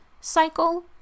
cycle